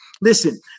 Listen